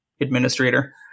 administrator